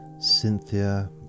Cynthia